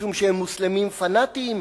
משום שהם מוסלמים פנאטיים,